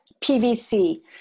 PVC